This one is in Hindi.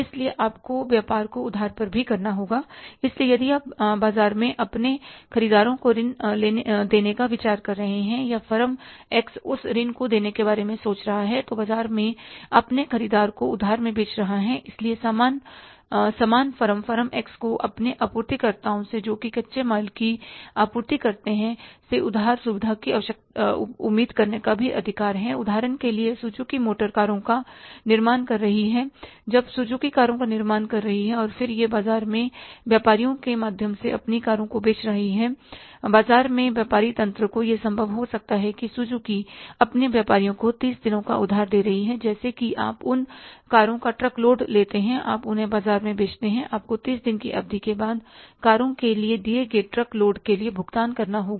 इसलिए आपको व्यापार को उधार पर भी करना होगा इसलिए यदि आप बाजार में अपने खरीदारों को ऋण देने का विचार कर रहे हैं या फर्म एक्स उस ऋण को देने के बारे में सोच रहा है तो बाजार में अपने ख़रीदार को उधार में बेच रहा है इसलिए समान फर्म फर्म एक्स को अपने आपूर्तिकर्ताओं से जो कि कच्चे माल की आपूर्ति करते हैं से उधार सुविधा की उम्मीद करने का भी अधिकार है उदाहरण के लिए सुजुकी मोटर कारों का निर्माण कर रही है जब सुजुकी कारों का निर्माण कर रही है और फिर यह बाजार में व्यापारियों के माध्यम से अपनी कारों को बेच रही है बाजार में व्यापारी तंत्र को यह संभव हो सकता है कि सुजुकी अपने व्यापारियों को 30 दिनों का उधार दे रही हैजैसे कि आप उन कारों का ट्रक लोड लेते हैं आप उन्हें बाजार में बेचते हैं आपको 30 दिन की अवधि के बाद कारों के दिए गए ट्रक लोड के लिए भुगतान करना होगा